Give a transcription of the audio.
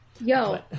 Yo